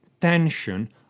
tension